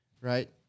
right